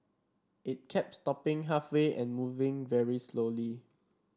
it kept stopping halfway and moving very slowly